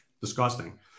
disgusting